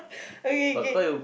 okay okay